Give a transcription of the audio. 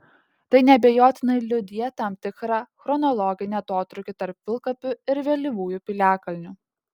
tai neabejotinai liudija tam tikrą chronologinį atotrūkį tarp pilkapių ir vėlyvųjų piliakalnių